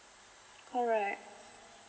correct